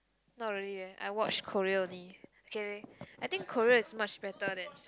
not really eh I watch Korea only okay leh I think Korea is much better that's